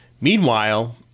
Meanwhile